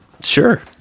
Sure